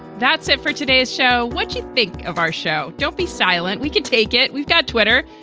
that's it for today's show. what do you think of our show? don't be silent. we could take it. we've got twitter.